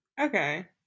Okay